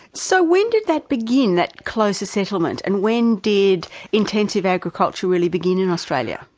so when did that begin, that closer settlement, and when did intensive agriculture really begin in australia?